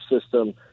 system